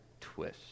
twist